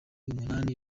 umunani